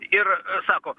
ir sako